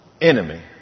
enemy